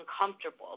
uncomfortable